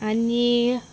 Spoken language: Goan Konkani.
आनी